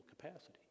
capacity